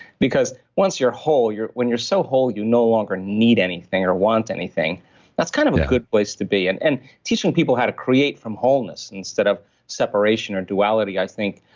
because once you're whole, when you're so whole, you no longer need anything or want anything that's kind of a good place to be. and and teaching people how to create from wholeness instead of separation or duality, i think,